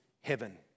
heaven